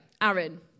Aaron